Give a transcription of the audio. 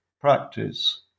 practice